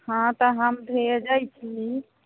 हँ तऽ हम भेजै छी